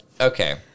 Okay